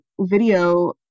video